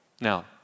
Now